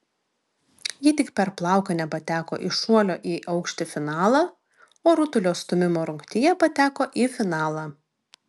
ji tik per plauką nepateko į šuolio į aukštį finalą o rutulio stūmimo rungtyje pateko į finalą